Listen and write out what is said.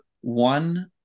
one